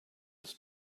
his